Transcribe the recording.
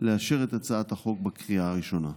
לאשר את הצעת החוק בקריאה הראשונה.